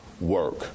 work